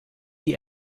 die